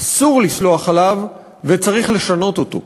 אסור לסלוח עליו וצריך לשנות אותו.